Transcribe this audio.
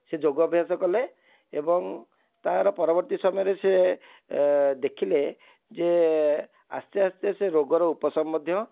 ସେ ଯୋଗ ଅଭ୍ୟାସ କଲେ ଏବଂ ତା'ର ପରବର୍ତ୍ତୀ ସମୟରେ ସେ ଦେଖିଲେ ଯେ ଆସ୍ତେ ଆସ୍ତେ ସେ ରୋଗର ଉପଶମ ମଧ୍ୟ